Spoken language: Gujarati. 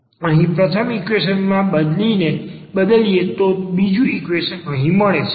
તેને અહીં પ્રથમ ઈક્વેશન માં બદલીએ તો બીજું ઈક્વેશન અહીં મળે છે